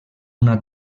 una